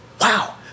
wow